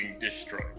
destroyed